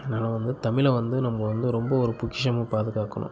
அதனால வந்து தமிழை வந்து நம்ம வந்து ரொம்ப ஒரு பொக்கிஷமாக பாதுகாக்கணும்